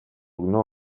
өгнө